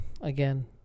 again